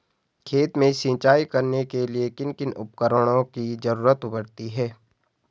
खेत में सिंचाई करने के लिए किन किन उपकरणों की जरूरत पड़ती है?